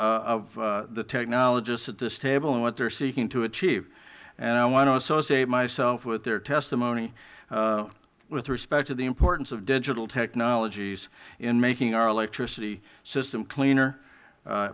of the technologists at this table and what they are seeking to achieve and i want to associate myself with their testimony with respect to the importance of digital technologies in making our electricity system cleaner